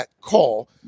call